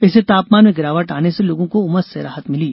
इससे तापमान में गिरावट आने से लोगों को उमस से राहत मिली